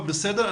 בסדר.